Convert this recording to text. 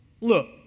Look